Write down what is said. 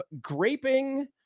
graping